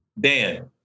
Dan